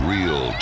Real